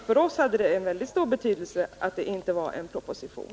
För oss hade det alltså mycket stor betydelse att det inte var en proposition.